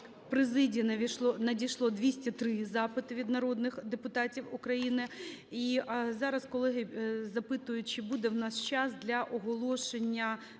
президії надійшло 203 запити від народних депутатів України. І зараз колеги запитують, чи буде в нас час для оголошення